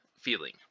feeling